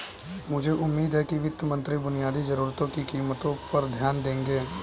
मुझे उम्मीद है कि वित्त मंत्री बुनियादी जरूरतों की कीमतों पर ध्यान देंगे